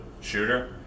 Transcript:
Shooter